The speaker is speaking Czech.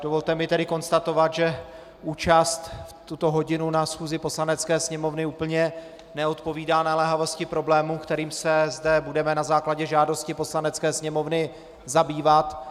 Dovolte mi tedy konstatovat, že účast v tuto hodinu na schůzi Poslanecké sněmovny úplně neodpovídá naléhavosti problému, kterým se zde budeme na základě žádosti Poslanecké sněmovny zabývat.